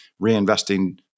reinvesting